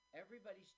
Everybody's